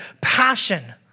passion